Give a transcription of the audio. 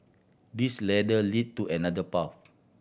this ladder lead to another path